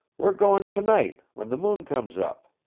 we're going tonight, when the moon comes up.